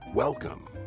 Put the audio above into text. Welcome